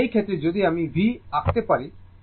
তো এই ক্ষেত্রে যদি আমি V আঁকতে থাকি